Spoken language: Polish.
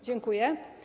Dziękuję.